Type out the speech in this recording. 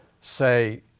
say